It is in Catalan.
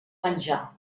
menja